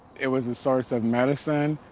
it was the source of medicine.